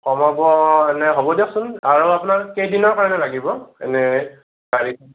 কমাব এনে হ'ব দিয়কচোন আৰু আপোনাৰ কেইদিনৰ কাৰণে লাগিব এনে গাড়ীখন